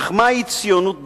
אך מהי ציונות באמת?